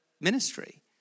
ministry